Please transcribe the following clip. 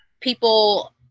people